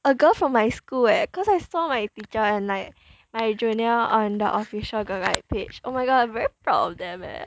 a girl from my school eh cause I saw my picture and like my junior on the official girl guides' page oh my god I'm very proud of them eh